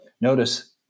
Notice